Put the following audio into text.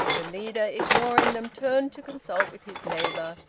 the leader, ignoring them, turned to consult with his neighbour,